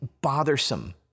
bothersome